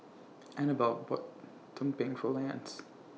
Anabelle bought Tumpeng For Lance